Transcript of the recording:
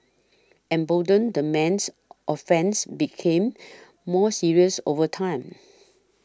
emboldened the man's offences became more serious over time